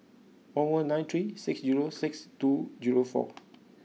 one one nine three six zero six two zero four